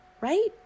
Right